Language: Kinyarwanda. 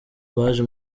baje